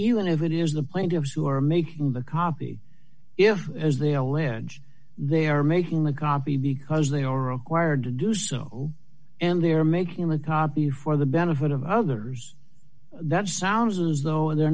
even if it is the plaintiffs who are making the copy if as they allege they are making the copy because they are required to do so and they are making a copy for the benefit of others that sounds as though they're